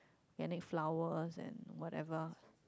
organic flowers and whatever